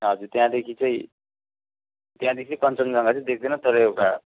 हजुर त्यहाँदेखि चाहिँ त्यहाँदेखि कञ्चनजङ्घा चाहिँ देख्दैन तर एउटा